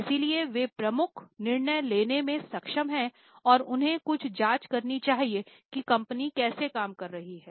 इसलिए वे प्रमुख निर्णय लेने में सक्षम हैं और उन्हें कुछ जांच करनी चाहिए कि कंपनी कैसे काम कर रही है